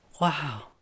wow